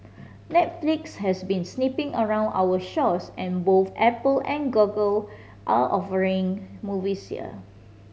netflix has been sniffing around our shores and both Apple and Google are offering movies here